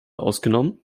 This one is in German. ausgenommen